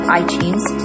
iTunes